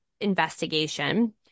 investigation